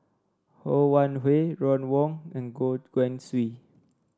Ho Wan Hui Ron Wong and Goh Guan Siew